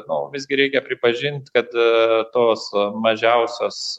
nu visgi reikia pripažint kad e tos mažiausios